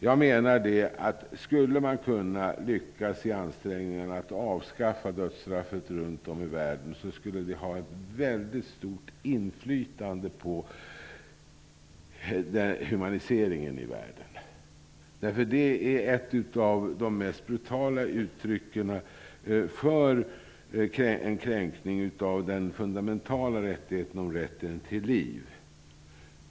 Om man skulle lyckas i ansträngningarna med att få till stånd ett avskaffande av dödsstraffet runt om i världen, skulle det ha ett väldigt stort inflytande på humaniseringen i världen. Dödsstraffet är nämligen ett av de brutalaste uttrycken när det gäller att kränka den fundamentala rätten till liv.